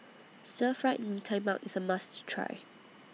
Stir Fried Mee Tai Mak IS A must Try